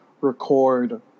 record